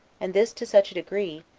and this to such a degree,